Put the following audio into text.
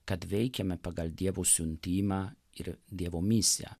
kad veikiame pagal dievo siuntimą ir dievo misiją